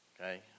okay